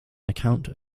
account